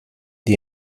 the